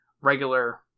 regular